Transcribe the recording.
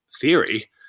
theory